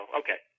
okay